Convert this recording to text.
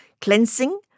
cleansing